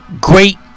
Great